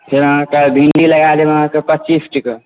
भिन्डी अहाँकेॅं लगा देब पच्चीस टके